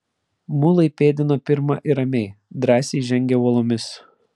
mulai pėdino pirma ir ramiai drąsiai žengė uolomis